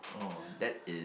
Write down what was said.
oh that is